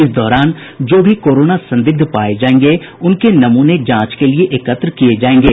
इस दौरान जो भी कोरोना संदिग्ध पाये जायेंगे उनके नमूने जांच के लिए लिये जायेंगे